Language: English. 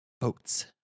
Boats